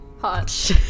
Hot